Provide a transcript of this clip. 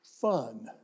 fun